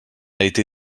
été